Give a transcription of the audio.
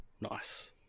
nice